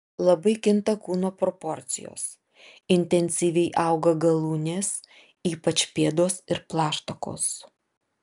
labai kinta kūno proporcijos intensyviai auga galūnės ypač pėdos ir plaštakos